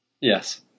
Yes